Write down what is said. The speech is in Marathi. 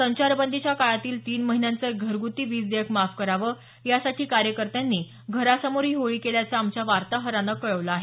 संचारबंदीच्या काळातील तीन महिन्यांचं घरग्ती वीज देयक माफ करावं यासाठी कार्यकर्त्यांनी घरासमोर ही होळी केल्याचं आमच्या वार्ताहरानं कळवल आहे